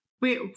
wait